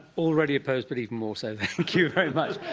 already opposed but even more so thank you very much.